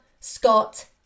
Scott